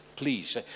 Please